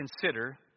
consider